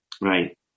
Right